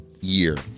year